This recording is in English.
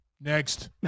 next